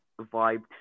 vibe